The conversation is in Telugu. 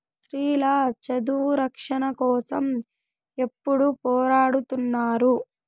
స్త్రీల చదువు రక్షణ కోసం ఎప్పుడూ పోరాడుతున్నారు